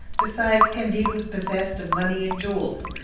besides, candide was possessed of money and jewels,